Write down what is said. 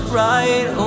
right